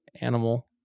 animal